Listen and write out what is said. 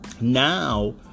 Now